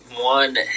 one